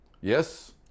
Yes